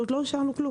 עוד לא אישרנו דבר.